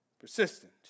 persistent